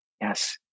yes